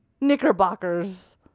Knickerbockers